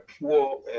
poor